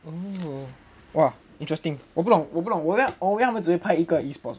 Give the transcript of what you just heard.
oo !wah! interesting 我不懂我不懂我以为他们只拍一个 e-sports 而已